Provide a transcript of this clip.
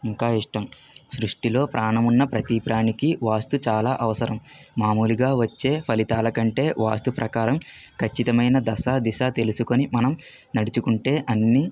ఇంకా ఇష్టం సృష్టిలో ప్రాణం ఉన్న ప్రతీ ప్రాణికి వాస్తు చాలా అవసరం మామూలుగా వచ్చే ఫలితాల కంటే వాస్తు ప్రకారం ఖచ్చితమైన దశ దిశ తెలుసుకుని మనం నడుచుకుంటే అన్నీ